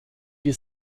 die